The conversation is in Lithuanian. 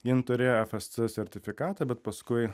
jin turėjo ef es cė sertifikatą bet paskui